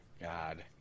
God